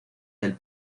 del